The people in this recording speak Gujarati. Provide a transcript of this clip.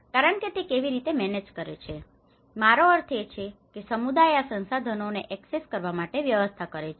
કારણ કે તે કેવી રીતે મેનેજ કરે છે મારો અર્થ એ છે કે સમુદાય આ સંસાધનોને એક્સેસ કરવા માટે વ્યવસ્થા કરે છે